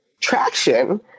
traction